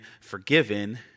forgiven